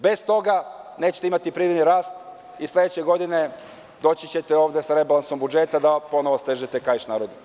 Bez toga nećete imati privredni rast i sledeće godine doći ćete ovde sa rebalansom budžeta da ponovo stežete kaiš narodu.